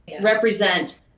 represent